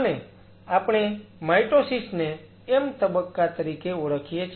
અને આપણે માયટોસિસ ને M તબક્કા તરીકે ઓળખીએ છીએ